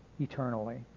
eternally